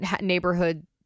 neighborhood